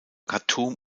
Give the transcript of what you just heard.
khartum